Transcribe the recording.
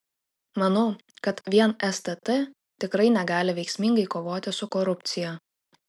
manau kad vien stt tikrai negali veiksmingai kovoti su korupcija